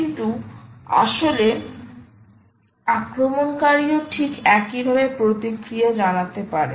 কিন্তু আসলে আক্রমণকারী ও ঠিক একইভাবে প্রতিক্রিয়া জানাতে পারে